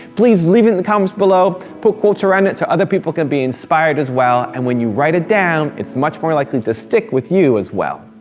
please leave it in the comments below. put quotes around it so other people can be inspired as well. and when you write it down, it's much more likely to stick with you as well.